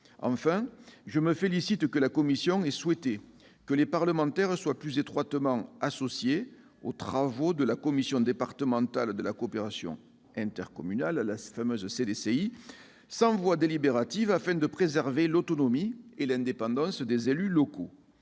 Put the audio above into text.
Enfin, je me félicite que la commission des lois ait souhaité que les parlementaires soient plus étroitement associés aux travaux de la commission départementale de la coopération intercommunale- la fameuse CDCI -, sans voix délibérative toutefois, de sorte à préserver l'autonomie et l'indépendance des élus locaux.